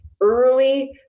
early